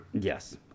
yes